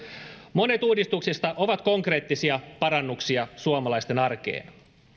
monet uudistuksista ovat konkreettisia parannuksia suomalaisten arkeen